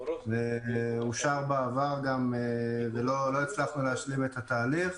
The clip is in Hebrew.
זה אושר בעבר גם, ולא הצלחנו להשלים את התהליך.